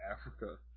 Africa